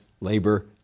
labor